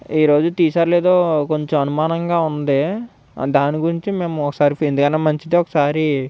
ఈ రోజు తీశారో లేదో కొంచెం అనుమానంగా ఉంది దాని గురించి మేము ఒకసారి ఎందుకైనా మంచిది ఒకసారి